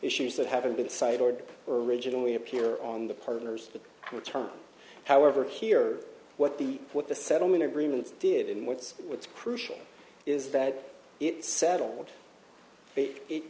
issues that haven't been cited originally appear on the partners return however here what the what the settlement agreements did and what's what's crucial is that it's settled